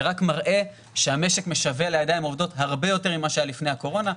זה רק מראה שהמשק משווע לידיים עובדות הרבה יותר ממה שהיה לפני הקורונה.